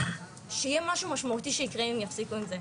שיהיה משהו משמעותי שיקרה אם יפסיקו עם זה.